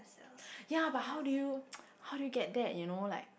ya but how do you how do you get that you know like